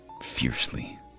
fiercely